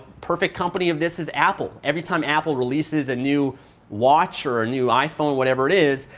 perfect company of this is apple. every time apple releases a new watch or a new iphone, whatever it is,